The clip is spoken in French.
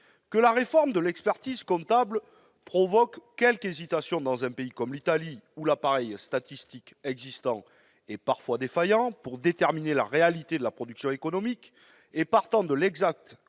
Que la réforme de l'expertise comptable provoque quelques hésitations dans un pays comme l'Italie, où l'appareil statistique existant est parfois défaillant pour déterminer la réalité de la production économique et, partant, l'exacte